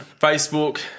Facebook